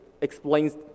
explains